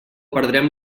perdrem